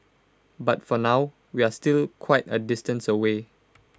but for now we're still quite A distance away